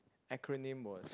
acronym was